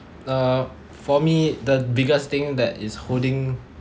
uh for me the biggest thing that is holding